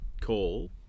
call